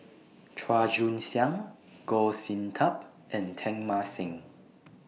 Chua Joon Siang Goh Sin Tub and Teng Mah Seng